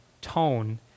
tone